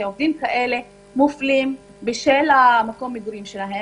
שעובדים כאלה מופלים בשל מקום מגוריהם,